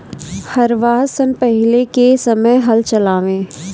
हरवाह सन पहिले के समय हल चलावें